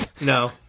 No